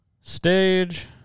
Stage